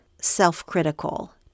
self-critical